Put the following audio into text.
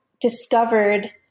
discovered